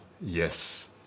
Yes